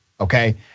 Okay